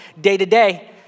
day-to-day